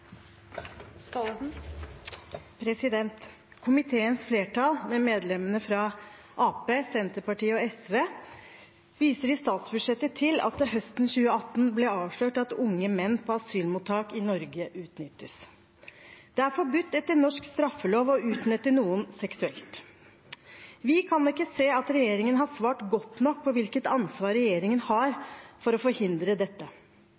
Komiteens flertall, medlemmene fra Arbeiderpartiet, Senterpartiet og SV, viser i innstillingen til at det høsten 2018 ble avslørt at unge menn på asylmottak i Norge utnyttes. Det er etter norsk straffelov forbudt å utnytte noen seksuelt. Vi kan ikke se at regjeringen har svart godt nok på hvilket ansvar regjeringen har for å forhindre dette.